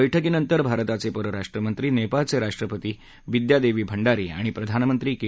बैठकीनंतर भारताचप्रिराष्ट्रमंत्री नप्राळचसिष्ट्रपती बिद्या दक्षी भंडारी आणि प्रधानमंत्री क्र